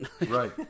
Right